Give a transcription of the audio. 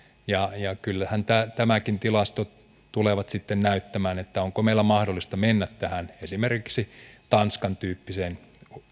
ja ja kyllähän tilastot tulevat sitten näyttämään onko meillä mahdollista mennä esimerkiksi tanskan tyyppiseen